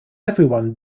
everyone